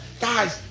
Guys